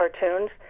cartoons